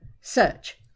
Search